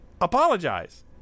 Apologize